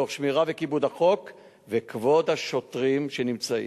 תוך שמירה וכיבוד החוק וכבוד השוטרים שנמצאים.